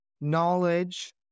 knowledge